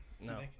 No